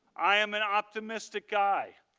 i am an optimistic guy.